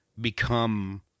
become